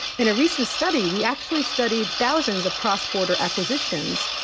in a recent study, we actually studied thousands of cross-border acquisitions.